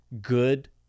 good